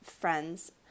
friends